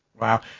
Wow